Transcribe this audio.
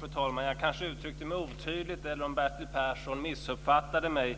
Fru talman! Jag kanske uttryckte mig otydligt, eller om Bertil Persson missuppfattade mig.